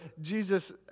Jesus